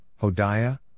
Hodiah